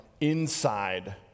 inside